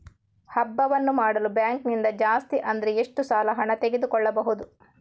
ಹಬ್ಬವನ್ನು ಮಾಡಲು ಬ್ಯಾಂಕ್ ನಿಂದ ಜಾಸ್ತಿ ಅಂದ್ರೆ ಎಷ್ಟು ಸಾಲ ಹಣ ತೆಗೆದುಕೊಳ್ಳಬಹುದು?